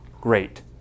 great